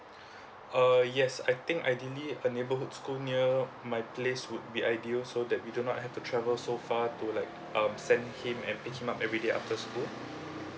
err yes I think ideally a neighborhood school near my place would be ideal so that we do not have to travel so far to like um send him and fetch up everyday after school